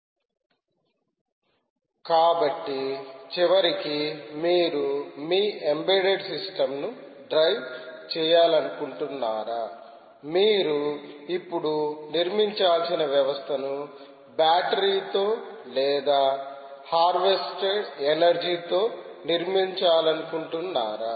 battery less power supply and battery life calculation for embedded devices I కాబట్టి చివరికి మీరు మీ ఎంబెడెడ్ సిస్టమ్ను డ్రైవ్ చేయాలనుకుంటున్నారా మీరు ఇప్పుడు నిర్మించాల్సిన వ్యవస్థను బ్యాటరీ తో లేదా హార్వెస్టడ్ ఎనర్జీ తో నిర్మించాలనుకుంటున్నారా